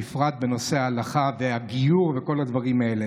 בפרט בנושא ההלכה והגיור וכל הדברים האלה.